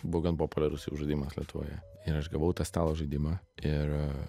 buvo gan populiarus jau žaidimas lietuvoje ir aš gavau tą stalo žaidimą ir